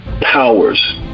powers